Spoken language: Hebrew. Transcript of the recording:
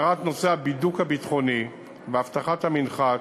הסדרת נושא הבידוק הביטחוני ואבטחת המנחת,